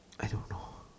I don't know